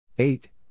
Eight